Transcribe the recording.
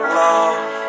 love